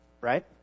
right